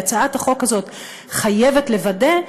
והצעת החוק הזאת חייבת לוודא,